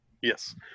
Yes